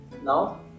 now